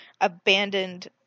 abandoned